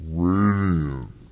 radiant